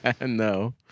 no